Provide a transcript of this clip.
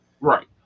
Right